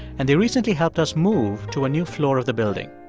and they recently helped us move to a new floor of the building.